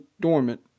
dormant